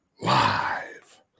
live